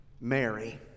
Mary